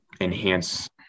enhance